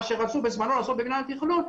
מה שחשבו בזמנו לעשות במנהל התכנון,